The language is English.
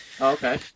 Okay